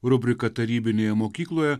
rubrika tarybinėje mokykloje